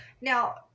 Now